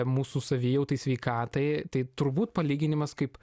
mūsų savijautai sveikatai tai turbūt palyginimas kaip